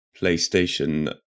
PlayStation